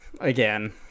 again